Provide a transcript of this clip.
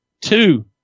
two